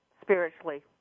spiritually